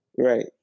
Right